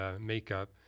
makeup